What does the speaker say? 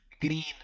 green